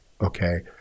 okay